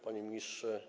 Panie Ministrze!